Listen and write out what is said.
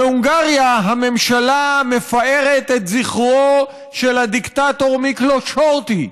בהונגריה הממשלה מפארת את זכרו של הדיקטטור מיקלוש הורטי,